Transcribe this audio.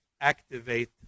activate